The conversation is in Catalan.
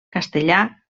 castellà